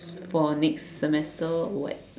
for next semester or what